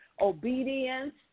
obedience